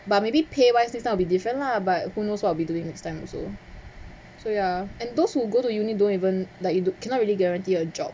but maybe pay wise this time will be different lah but who knows what I'll be doing next time also so ya and those who go to uni don't even like you do cannot really guarantee a job